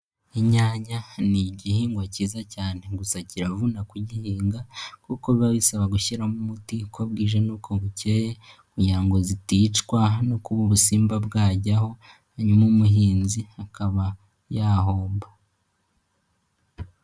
Inyanya ni igihingwa cyiza cyane gusa kiravuna kugihinga, kuko biba bisaba gushyiramo umuti uko bwije n'uko bukeye, kugira ngo ziticwa no kuba ubusimba bwajyaho hanyuma umuhinzi akaba yahomba.